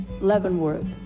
Leavenworth